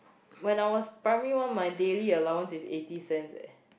when I was primary one my daily allowance is eighty cents eh